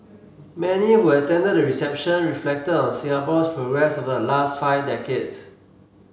many who attended the reception reflected on Singapore's progress over the last five decades